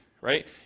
right